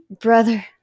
Brother